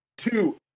Two